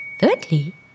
Thirdly